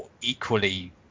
equally